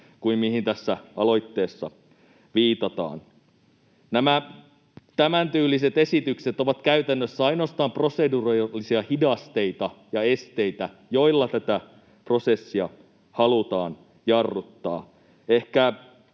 mihin tässä aloitteessa viitataan. Tämän tyyliset esitykset ovat käytännössä ainoastaan proseduurillisia hidasteita ja esteitä, joilla tätä prosessia halutaan jarruttaa.